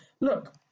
look